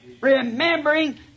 Remembering